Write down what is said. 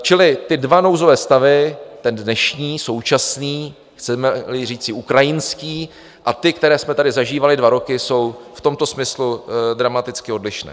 Čili ty dva nouzové stavy ten dnešní, současný, chcemeli říci ukrajinský, a ty, které jsme tady zažívali dva roky jsou v tomto smyslu dramaticky odlišné.